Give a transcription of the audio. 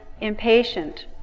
impatient